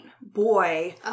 boy